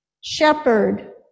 Shepherd